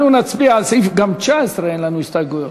גם לסעיף 19 אין לנו הסתייגויות.